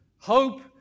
Hope